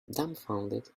dumbfounded